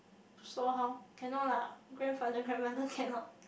so how cannot lah grandfather grandmothers cannot